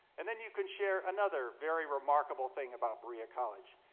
and then you can share another very remarkable thing about berea college.